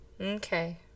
Okay